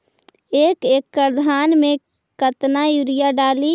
एक एकड़ धान मे कतना यूरिया डाली?